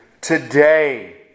Today